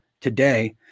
today